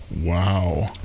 wow